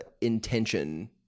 intention